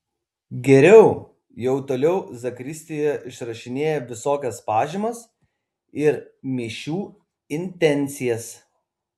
geriau jau toliau zakristijoje išrašinėja visokias pažymas ir mišių intencijas